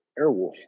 Airwolf